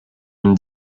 une